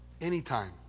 anytime